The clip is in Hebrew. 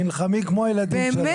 נלחמים כמו הילדים שלנו.